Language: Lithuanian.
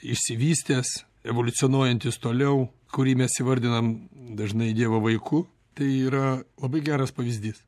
išsivystęs evoliucionuojantis toliau kurį mes įvardinam dažnai dievo vaiku tai yra labai geras pavyzdys